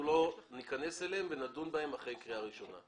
לא ניכנס אליהם אלא נדון בהם לאחר קריאה ראשונה.